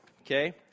okay